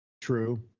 True